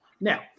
now